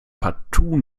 partout